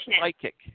psychic